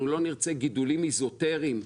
אנחנו לא נרצה גידולים אזוטריים,